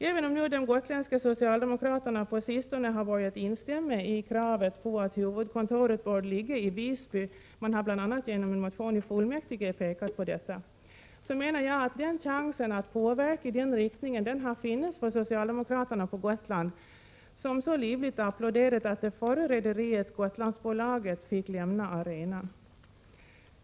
Även om de gotländska socialdemokraterna på sistone har börjat instämma i kravet på att huvudkontoret skall ligga i Visby — bl.a. genom en motion i fullmäktige — menar jag att chansen att påverka i den riktningen har funnits för socialdemokraterna på Gotland, som så livligt applåderat att det förra rederiet, Gotlandsbolaget, fick lämna arenan.